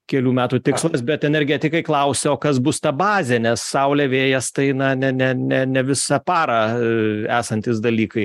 kelių metų tikslas bet energetikai klausia o kas bus ta bazė nes saulė vėjas tai na ne ne ne ne visą parą esantys dalykai